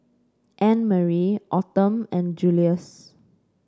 Annmarie Autumn and Julius